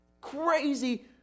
Crazy